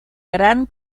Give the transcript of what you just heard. gran